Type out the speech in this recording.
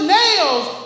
nails